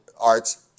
arts